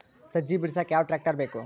ಸಜ್ಜಿ ಬಿಡಸಕ ಯಾವ್ ಟ್ರ್ಯಾಕ್ಟರ್ ಬೇಕು?